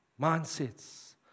mindsets